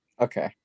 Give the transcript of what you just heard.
Okay